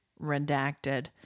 Redacted